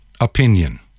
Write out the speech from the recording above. opinion